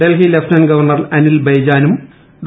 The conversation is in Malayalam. ഡൽഹി ലഫ്റ്റനന്റ് ഗവർണർ അനിൽ ബൈജാനും ഡോ